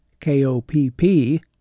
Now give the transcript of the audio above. K-O-P-P